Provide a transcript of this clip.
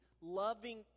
loving